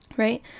Right